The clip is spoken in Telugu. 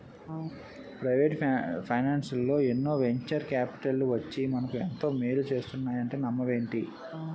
ప్రవేటు ఫైనాన్సల్లో ఎన్నో వెంచర్ కాపిటల్లు వచ్చి మనకు ఎంతో మేలు చేస్తున్నాయంటే నమ్మవేంటి?